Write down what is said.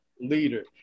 leader